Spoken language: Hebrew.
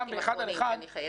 אחד על אחד.